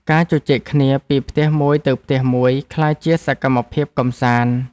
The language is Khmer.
ការជជែកគ្នាពីផ្ទះមួយទៅផ្ទះមួយ ក្លាយជាសកម្មភាពកម្សាន្ត។